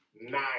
Nine